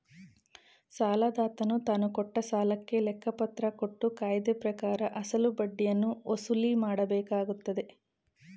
ಸಾಲದಾತನು ತಾನುಕೊಟ್ಟ ಸಾಲಕ್ಕೆ ಲೆಕ್ಕಪತ್ರ ಕೊಟ್ಟು ಕಾಯ್ದೆಪ್ರಕಾರ ಅಸಲು ಬಡ್ಡಿಯನ್ನು ವಸೂಲಿಮಾಡಕೊಳ್ಳಬೇಕಾಗತ್ತದೆ